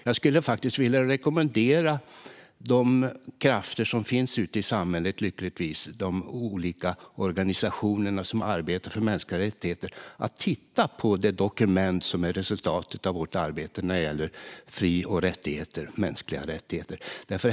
Jag skulle faktiskt vilja rekommendera de krafter som lyckligtvis finns ute i samhället, de olika organisationer som arbetar för mänskliga rättigheter, att titta på det dokument som är resultatet av vårt arbete när det gäller mänskliga fri och rättigheter.